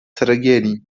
ceregieli